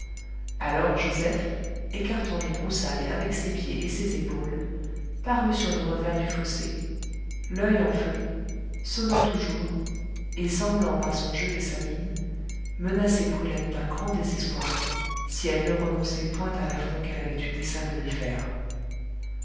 alors joseph écartant les broussailles avec ses pieds et ses épaules parut sur le revers du fossé l'oeil en feu sonnant toujours et semblant par son jeu et sa mine menacer brulette d'un grand désespoir si elle ne renonçait point à l'affront qu'elle avait eu dessein de lui faire